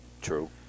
True